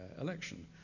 election